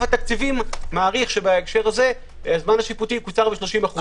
התקציבים מעריך שבהקשר הזה הזמן השיפוטי יקוצר ב-30%.